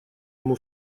ему